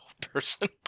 person